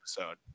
episode